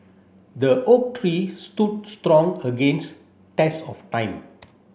the oak tree stood strong against test of time